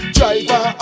Driver